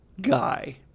guy